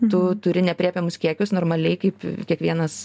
tu turi neaprėpiamus kiekius normaliai kaip kiekvienas